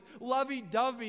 lovey-dovey